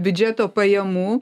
biudžeto pajamų